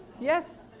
yes